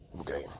okay